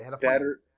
better